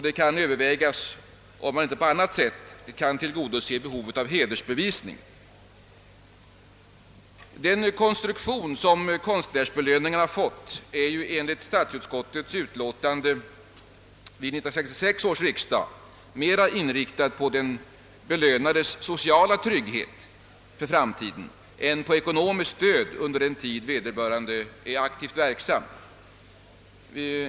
Det bör övervägas om man inte på annat sätt kan tillgodose behovet av hedersbevisning. Den konstruktion som konstnärsbelöningarna har fått är enligt statsutskottets utlåtande vid 1966 års riksdag mera inriktad på den belönades sociala trygghet för framtiden än på ekonomiskt stöd under den tid vederbörande är aktivt verksam.